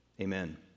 Amen